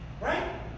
right